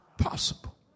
possible